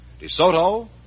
DeSoto